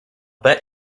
bet